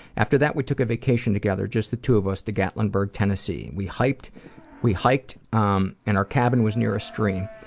after that we took a vacation together, just the two of us, to gatlinburg, tennessee. we hiked we hiked um and our cabin was near a stream.